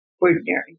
Ordinary